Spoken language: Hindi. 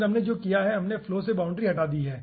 फिर हमने जो किया है हमने फ्लो से बाउंड्री हटा दी है